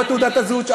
או את תעודת הזהות,